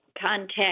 contact